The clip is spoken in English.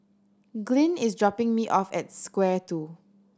Glynn is dropping me off at Square Two